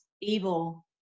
evil